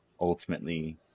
ultimately